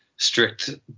Strict